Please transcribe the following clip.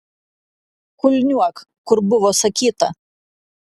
kulniuok kur buvo sakyta